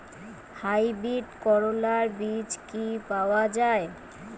Hybrid করলার বীজ কি পাওয়া যায়?